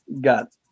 got